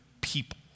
people